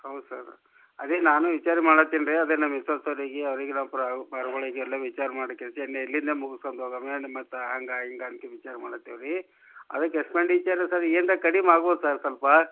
ಹೌದು ಸರ್ ಅದೇ ನಾನೂ ವಿಚಾರ ಮಾಡಾತ್ತೀನಿ ರೀ ಅದೇ ನಮ್ಮ ಮಿಸ್ಸೆಸ್ಸವರಿಗೆ ಅವರಿಗೆಲ್ಲ ಪಾರ್ಗಳಿಗೆಲ್ಲ ವಿಚಾರ ಇಲ್ಲಿಂದ ಮುಗಿಸ್ಕೊಂಡ್ ಹೋಗೋಮೆ ಇಲ್ಲ ಮತ್ತೆ ಹಂಗೆ ಹಿಂಗೆ ಅದಕ್ಕೆ ವಿಚಾರ ಮಾಡುತ್ತೇವ್ ರೀ ಅದಕ್ಕೆ ಎಕ್ಸ್ಪೆಂಡೀಚರ್ ಸರ್ ಏನಾರ ಕಡಿಮೆ ಮಾಡ್ಬೋದಾ ಸರ್ ಸ್ವಲ್ಪ